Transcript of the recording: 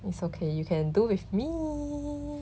it's okay you can do with me